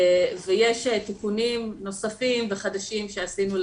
יש תיקונים נוספים וחדשים שעשינו,